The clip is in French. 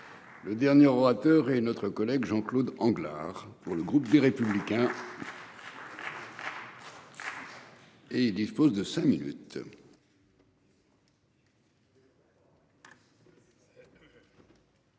Le dernier orateur et notre collègue Jean-Claude. Pour le groupe des Républicains. Et il dispose de cinq minutes.